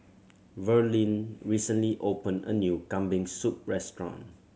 Verlyn recently opened a new Kambing Soup restaurant